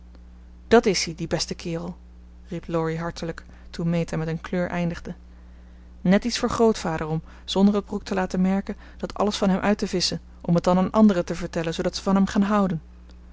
dat is-ie die beste kerel riep laurie hartelijk toen meta met een kleur eindigde net iets voor grootvader om zonder het brooke te laten merken dat alles van hem uit te visschen om het dan aan anderen te vertellen zoodat ze van hem gaan houden